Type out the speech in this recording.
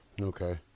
Okay